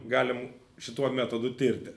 galim šituo metodu tirti